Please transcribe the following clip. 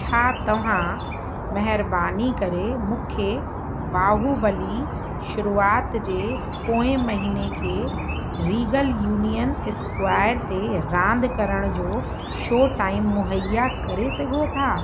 छा तव्हां महिरबानी करे मूंखे बाहुबली शुरूआति जे पोइ महीने खे रीगल यूनियन स्क्वाएर ते रांदि करण जो शॉ टाइम मुहैया करे सघो था